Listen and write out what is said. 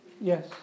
Yes